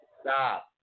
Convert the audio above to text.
Stop